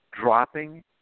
dropping